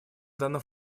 данном